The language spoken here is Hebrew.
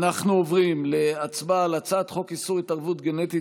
אנחנו עוברים להצבעה על הצעת חוק איסור התערבות גנטית